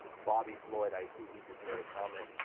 bobby floyd i see, he just made a comment.